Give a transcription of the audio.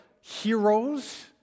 heroes